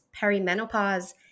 perimenopause